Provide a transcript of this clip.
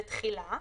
תחילה.3.